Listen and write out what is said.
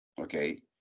okay